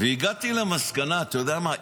הגעתי למסקנה, אתה יודע מה?